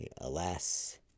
alas